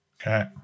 Okay